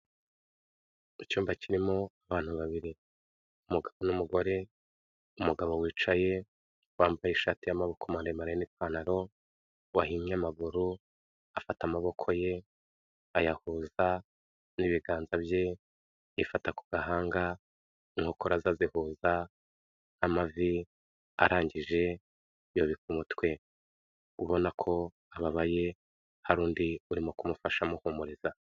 Mu cyumba kirimo abantu babiri umugabo numugore, umugabo wicaye wambaye ishati y'amaboko maremare n'pantaro wahimye amaguru afata amaboko ye ayahuza n'ibiganza bye yifata ku gahanga inkokora ze azihuza amavi arangije yubika umutwe ubona ko ababaye hari undi urimo kumufasha muhumuriza.